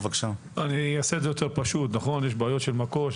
יש בעיות של מקו"ש,